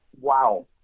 wow